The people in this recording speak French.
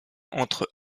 entre